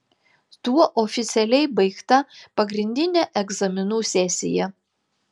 tuo oficialiai baigta pagrindinė egzaminų sesija